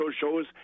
shows